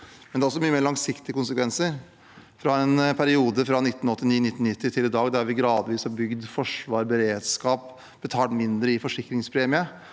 det har også mye mer langsiktige konsekvenser. Fra perioden 1989/1990 til i dag, der vi gradvis har bygd forsvar, beredskap og betalt mindre i forsikringspremie,